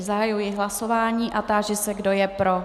Zahajuji hlasování a táži se, kdo je pro.